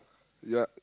ya